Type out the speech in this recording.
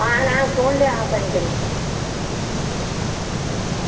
ஆ நான் ஃபோன்ல பண்ணிக்கிறோம் ம்